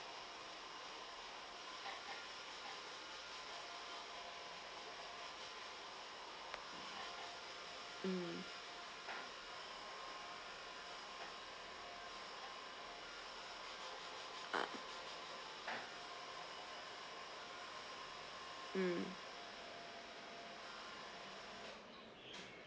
mm ah mm